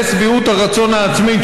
מלא שביעות הרצון העצמית,